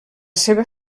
seva